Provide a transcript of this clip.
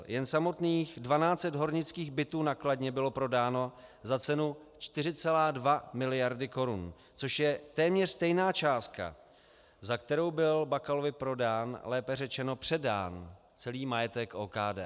Jen samotných 1 200 hornických bytů na Kladně bylo prodáno za cenu 4,2 mld. korun, což je téměř stejná částka, za kterou byl Bakalovi prodán, lépe řečeno předán celý majetek OKD.